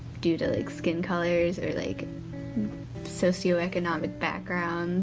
due to like skin colors or like socioeconomic backgrounds